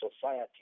society